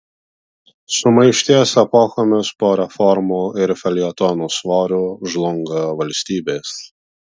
sumaišties epochomis po reformų ir feljetonų svoriu žlunga valstybės